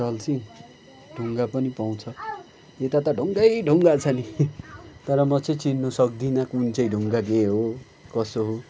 दलसिङ ढुङ्गा पनि पाउँछ यता त ढुङ्गै ढुङ्गा छ नि तर म चाहिँ चिन्नु सक्दिनँ कुन चाहिँ ढुङ्गा के हो कसो हो